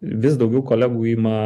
vis daugiau kolegų ima